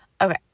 Okay